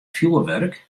fjoerwurk